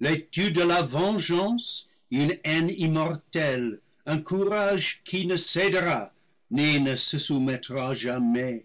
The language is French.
l'étude de la vengeance une haine immortelle un courage qui ne cédera ni ne se sou mettra jamais